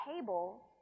table